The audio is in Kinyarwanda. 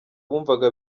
bumvaga